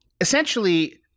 essentially